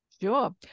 Sure